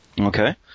Okay